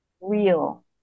real